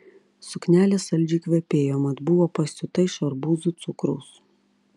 suknelė saldžiai kvepėjo mat buvo pasiūta iš arbūzų cukraus